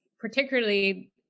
particularly